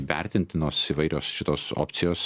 vertintinos įvairios šitos opcijos